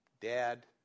dad